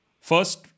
first